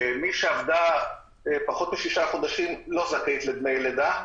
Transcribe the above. מי שעבדה פחות משישה חודשים לא זכאית לדמי לידה.